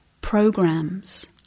programs